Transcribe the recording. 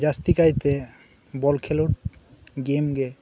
ᱡᱟᱥᱛᱤ ᱠᱟᱭᱛᱮ ᱵᱚᱞ ᱠᱷᱮᱞᱚᱴ ᱜᱮᱢᱜᱮ